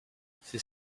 c’est